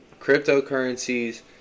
cryptocurrencies